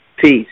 Peace